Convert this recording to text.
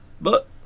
But